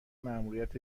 ماموریت